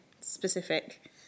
specific